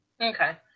Okay